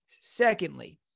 Secondly